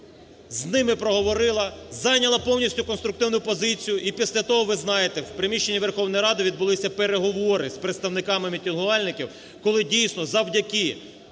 З ними проговорила, зайняла повністю конструктивну позицію і після того, ви знаєте, в приміщенні Верховної Ради відбулися переговори з представниками мітингувальників. Коли дійсно завдяки